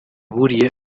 buriye